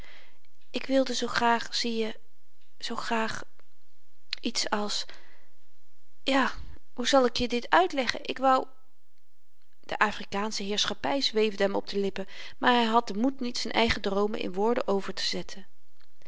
ik wilde zoo graag zieje zoo graag iets als ja hoe zal ik je dit uitleggen ik wou de afrikaansche heerschappy zweefde hem op de lippen maar hy had den moed niet z'n eigen droomen in woorden overtezetten